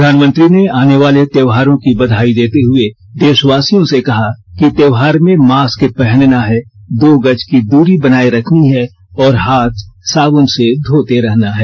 प्रधानमंत्री ने आने वाले त्योहारों की बघाई देते हुए दे ावासियों से कहा कि त्योहार भें मास्क पहनना है दो गज की दूरी बनाये रखनी है और हाथ साबुन से धोते रहना है